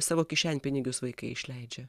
savo kišenpinigius vaikai išleidžia